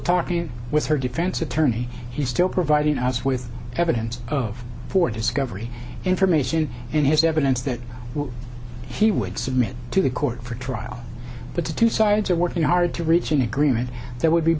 talking with her defense attorney he's still providing us with evidence of for discovery information in his evidence that he would submit to the court for trial but the two sides are working hard to reach an agreement there would be